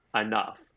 enough